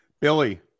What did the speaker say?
Billy